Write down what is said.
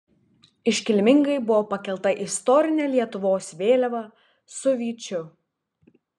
iškilmingai buvo pakelta istorinė lietuvos vėliava su vyčiu